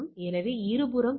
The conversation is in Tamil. எனவே நாம் மற்றும் நாம் 1